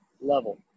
level